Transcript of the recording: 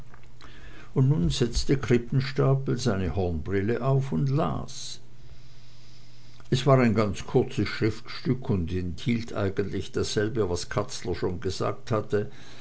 und nun setzte krippenstapel seine hornbrille auf und las es war ein ganz kurzes schriftstück und enthielt eigentlich dasselbe was katzler schon gesagt hatte